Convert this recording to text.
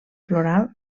floral